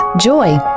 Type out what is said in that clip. joy